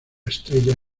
estrella